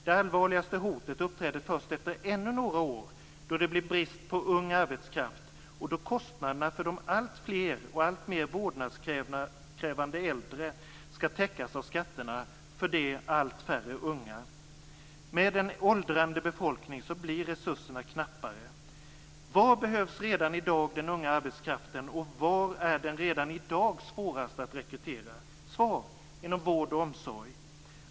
Det allvarligaste hotet uppträder först efter ännu några år då det blir brist på ung arbetskraft och då kostnaderna för de alltfler och alltmer vårdnadskrävande äldre skall täckas av skatterna för de allt färre unga. Med en åldrande befolkning blir resurserna knappare. Var behövs redan i dag den unga arbetskraften, och var är den redan i dag svårast att rekrytera? Svar: inom vård och omsorg.